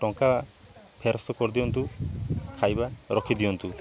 ଟଙ୍କା ଫେରସ୍ତ କରିଦିଅନ୍ତୁ ଖାଇବା ରଖିଦିଅନ୍ତୁ